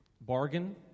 bargain